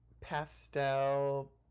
pastel